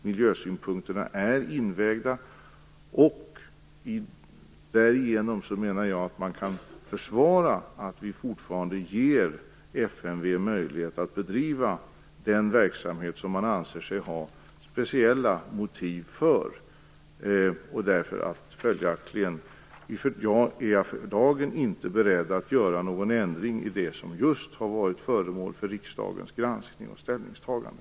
Miljösynpunkterna är invägda, och därigenom menar jag att man kan försvara att vi fortfarande ger FMV möjlighet att bedriva den verksamhet som man anser sig ha speciella motiv för. Följaktligen är jag för dagen inte beredd att göra någon ändring i det som just har varit föremål för riksdagens granskning och ställningstagande.